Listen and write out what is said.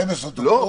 לא.